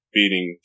beating